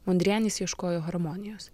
undrianis ieškojo harmonijos